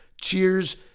Cheers